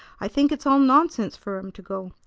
i think it's all nonsense for em to go.